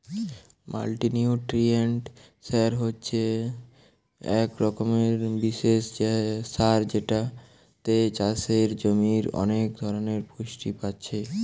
multinutrient সার হচ্ছে এক রকমের বিশেষ সার যেটাতে চাষের জমির অনেক ধরণের পুষ্টি পাচ্ছে